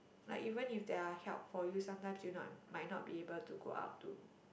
like even if there are help for you sometimes you not might not be able to go out to